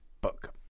book